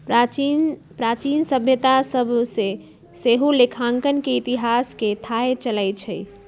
प्राचीन सभ्यता सभ से सेहो लेखांकन के इतिहास के थाह चलइ छइ